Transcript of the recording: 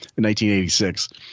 1986